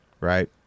right